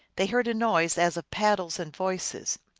they heard a noise as of paddles and voices.